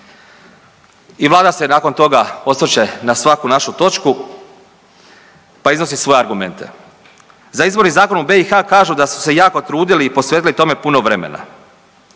I vlada se nakon toga osvrće na svaku našu točku pa iznosi svoje argumente. Za izborni zakon u BiH kažu da su se jako trudili i posvetili tome puno vremena.